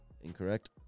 Incorrect